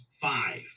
five